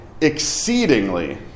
exceedingly